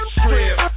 strip